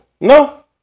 No